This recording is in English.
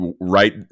right